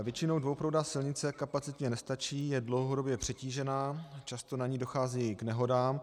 Většinou dvouproudá silnice kapacitně nestačí, je dlouhodobě přetížená, často na ní dochází k nehodám.